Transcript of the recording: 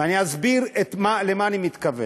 ואני אסביר למה אני מתכוון.